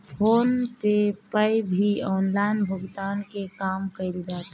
phone पे पअ भी ऑनलाइन भुगतान के काम कईल जाला